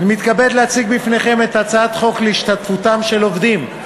אני מתכבד להציג בפניכם את הצעת חוק להשתתפותם של העובדים,